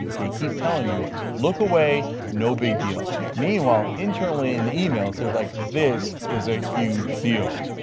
they keep telling you look away, no big deal. meanwhile internally in the emails they are like, this is a huge deal,